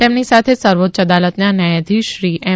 તેમની સાથે સર્વોચ્ય અદાલતના ન્યાયાધીશશ્રી એમ